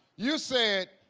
you said.